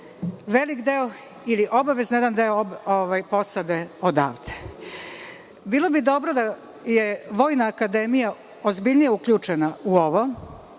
velik deo ili obavezno jedan deo posade odavde. Bilo bi dobro da je Vojna akademija ozbiljnije uključena u ovo.